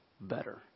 better